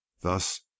Thus